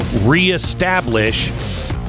reestablish